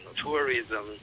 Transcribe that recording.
tourism